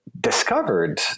discovered